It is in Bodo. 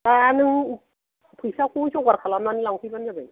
दा नों फैसाखौ जगार खालामनानै लांफैबानो जाबाय